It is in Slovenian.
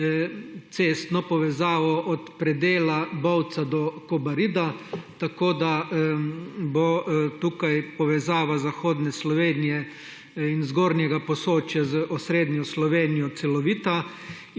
cestno povezavo od predela Bovca do Kobarida, tako da bo tukaj povezava zahodne Slovenije in Zgornjega Posočja z osrednjo Slovenijo celovita.